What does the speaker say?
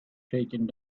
taking